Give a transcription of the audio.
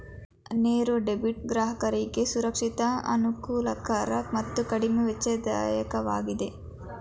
ನೇರ ಡೆಬಿಟ್ ಗ್ರಾಹಕರಿಗೆ ಸುರಕ್ಷಿತ, ಅನುಕೂಲಕರ ಮತ್ತು ಕಡಿಮೆ ವೆಚ್ಚದಾಯಕವಾಗಿದೆ